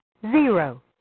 zero